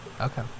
Okay